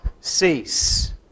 cease